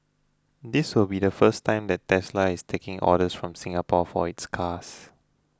this will be the first time that Tesla is taking orders from Singapore for its cars